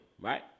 Right